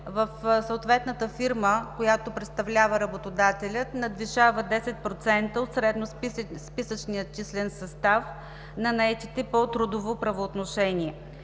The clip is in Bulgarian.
в съответната фирма, която представлява работодателя, надвишава 10% от средносписъчния числен състав на наетите по трудово правоотношение.